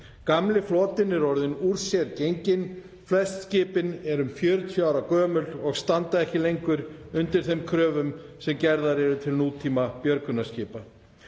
Gamli flotinn er orðinn úr sér genginn. Flest skipin eru 40 ára gömul og standa ekki lengur undir þeim kröfum sem gerðar eru til nútímabjörgunarskipa.